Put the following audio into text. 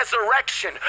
resurrection